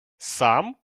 сам